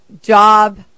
job